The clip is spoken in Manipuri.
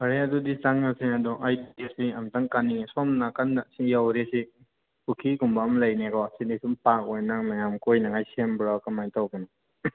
ꯐꯔꯦ ꯑꯗꯨꯗꯤ ꯆꯪꯉꯁꯤ ꯑꯗꯣ ꯑꯩ ꯑꯃꯨꯛꯇꯪ ꯀꯥꯅꯤꯉꯦ ꯁꯣꯝ ꯅꯥꯀꯟꯅ ꯁꯤ ꯌꯧꯔꯦ ꯁꯤ ꯄꯨꯈ꯭ꯔꯤꯒꯨꯝꯕ ꯑꯃ ꯂꯩꯅꯦꯀꯣ ꯁꯤꯅ ꯁꯨꯝ ꯄꯥꯛ ꯑꯣꯏꯅ ꯃꯌꯥꯝ ꯀꯣꯏꯅꯉꯥꯏ ꯁꯦꯝꯕ꯭ꯔꯥ ꯀꯃꯥꯏ ꯇꯧꯕꯅꯣ